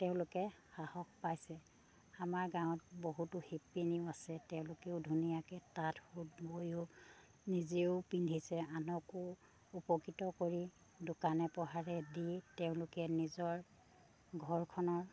তেওঁলোকে সাহস পাইছে আমাৰ গাঁৱত বহুতো শিপিনীও আছে তেওঁলোকেও ধুনীয়াকে তাঁত সুত বৈও নিজেও পিন্ধিছে আনকো উপকৃত কৰি দোকানে পোহাৰে দি তেওঁলোকে নিজৰ ঘৰখনৰ